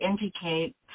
indicate